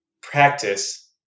practice